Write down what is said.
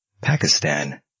Pakistan